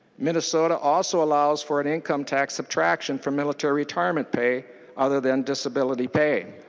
minnesota also allows for an income tax subtraction for military retirement pay other than disability pay.